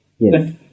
Yes